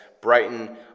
Brighton